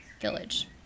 village